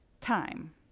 time